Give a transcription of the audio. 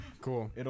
Cool